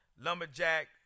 lumberjack